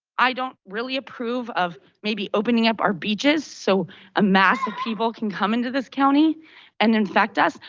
i don't really approve of maybe opening up our beaches so a mass of people can come into this county and infect us,